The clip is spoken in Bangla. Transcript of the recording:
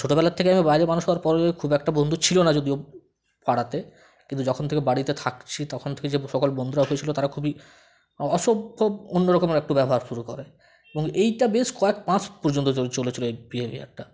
ছোটোবেলার থেকে আমি বাইরে মানুষ হওয়ার পরে খুব একটা বন্ধু ছিল না যদিও পাড়াতে কিন্তু যখন থেকে বাড়িতে থাকছি তখন থেকে যে সকল বন্ধুরা হয়েছিলো তারা খুবই অসভ্য অন্যরকমের একটু ব্যবহার শুরু করে এবং এইটা বেশ কয়েক মাস পর্যন্ত চল চলেছিলো এই বিহেভিয়ারটা